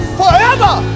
forever